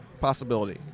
possibility